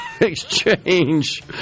exchange